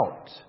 out